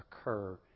occur